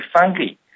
funky